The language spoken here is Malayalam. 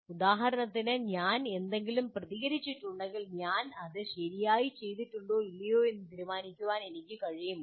ഉദാഹരണത്തിന് ഞാൻ എന്തെങ്കിലും പ്രതികരിച്ചിട്ടുണ്ടെങ്കിൽ ഞാൻ അത് ശരിയായി ചെയ്തിട്ടുണ്ടോ ഇല്ലയോ എന്ന് തീരുമാനിക്കാൻ എനിക്ക് കഴിയുമോ